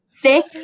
thick